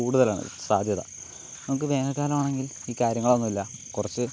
കൂടുതലാണ് സാധ്യത നമുക്ക് വേനൽ കാലമാണെങ്കിൽ ഈ കാര്യങ്ങളൊന്നുമില്ല കുറച്ച്